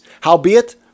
howbeit